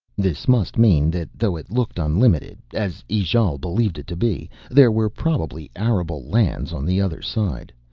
this must mean that though it looked unlimited as ijale believed it to be there were probably arable lands on the other side.